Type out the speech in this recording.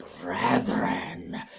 brethren